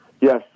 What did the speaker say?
Yes